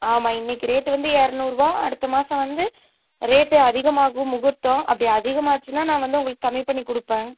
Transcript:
ஆமாம் இன்றைக்கு ரேட் வந்து இருநூறுவா அடுத்த மாதம் வந்து ரேட்டு அதிகமாகும் முகூர்த்தம் அப்படி அதிகமாச்சுனா நான் வந்து உங்களுக்கு கம்மி பண்ணி கொடுப்பேன்